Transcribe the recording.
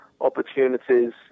Opportunities